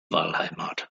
wahlheimat